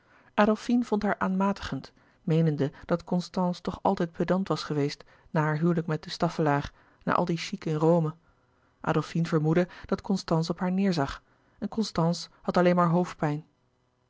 adolfine vond haar aanmatigend meenende dat constance toch altijd pedant was geweest na haar huwelijk met de staffelaar na al dien chic in rome adolfine vermoedde dat constance op haar neêrzag en constance had alleen maar hoofdpijn